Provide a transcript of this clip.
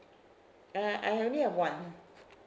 uh I only have one